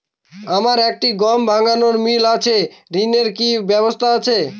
আমার একটি গম ভাঙানোর মিল আছে ঋণের কি ব্যবস্থা আছে?